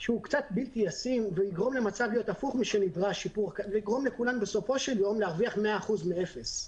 שהוא קצת בלתי ישים ויגרום לכולם בסופו של דבר להרוויח 100% מאפס.